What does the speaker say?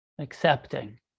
accepting